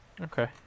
Okay